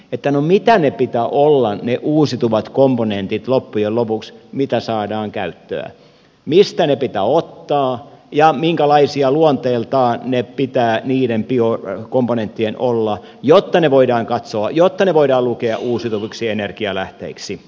että katsomaan sitten tarkemmin mitä niiden uusiutuvien komponenttien loppujen lopuksi pitää olla mitä saadaan käyttää mistä ne pitää ottaa ja minkälaisia niiden biokomponenttien pitää olla luonteeltaan jotta ne voidaan lukea uusiutuviksi energialähteiksi